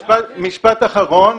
משפט אחרון.